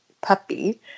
puppy